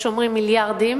יש אומרים מיליארדים,